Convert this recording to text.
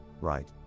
right